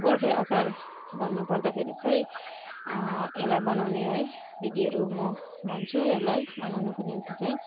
गोर्खे अचार भन्नुपर्दाखेरि चाहिँ यसलाई बनाउने है विधिहरू म भन्छु यसलाई बनाउनुको निम्ति चाहिँ